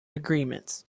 agreements